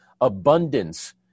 abundance